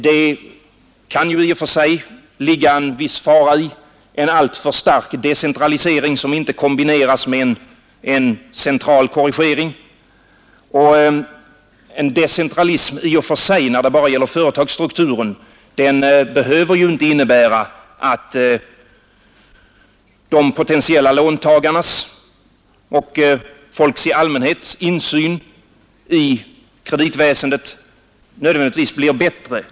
Det kan ju i och för sig ligga en viss fara i en alltför stark decentralisering som inte kombineras med en central korrigering, och en decentralism i och för sig, när det bara gäller företagsstrukturen, behöver ju inte innebära att insynen i kreditväsendet för de potentiella låntagarna och för folk i allmänhet nödvändigtvis blir bättre.